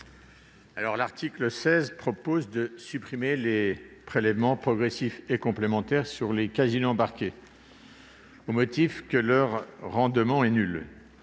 L'article 16 prévoit de supprimer les prélèvements progressifs et complémentaires sur les casinos embarqués, au motif que leur rendement est nul.